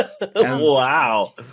Wow